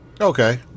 Okay